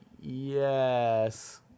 Yes